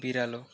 बिरालो